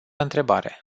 întrebare